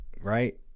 Right